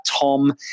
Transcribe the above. Tom